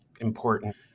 important